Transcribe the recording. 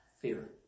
Fear